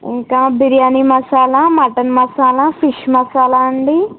ఇంకా biryani masala mutton masala fish masala అండీ